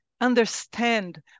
understand